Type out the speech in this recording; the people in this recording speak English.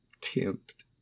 Tempt